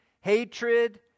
hatred